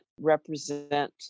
represent